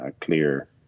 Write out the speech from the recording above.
clear